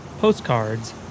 postcards